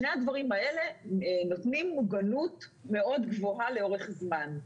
שני הדברים האלה נותנים מוגנות מאוד גבוהה לאורך זמן.